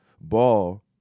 Ball